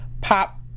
pop